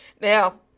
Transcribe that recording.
Now